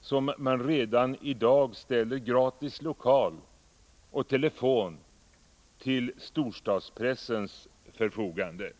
som man redan i dag ställer gratis lokaler och telefon till storstadspressens förfogande?